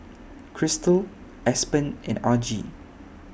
Kristal Aspen and Argie